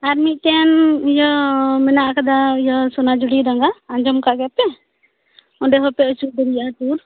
ᱟᱨ ᱢᱤᱫᱴᱮᱱ ᱤᱭᱟᱹ ᱢᱮᱱᱟᱜ ᱟᱠᱟᱫᱟ ᱥᱚᱱᱟᱡᱷᱩᱨᱤ ᱰᱟᱸᱜᱟ ᱟᱸᱡᱚᱢ ᱟᱠᱟᱫ ᱜᱮᱭᱟ ᱯᱮ ᱚᱸᱰᱮ ᱦᱚᱸᱯᱮ ᱟᱹᱪᱩᱨ ᱫᱟᱲᱮᱭᱟᱜ ᱴᱩᱨ